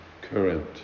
current